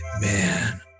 man